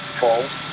falls